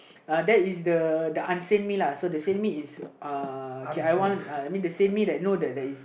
uh that is the the insane me lah so the sane me is uh okay I want uh I mean the sane me that you know that that is